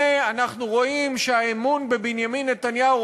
הנה אנחנו רואים שהאמון בבנימין נתניהו,